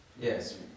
yes